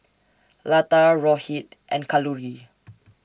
Lata Rohit and Kalluri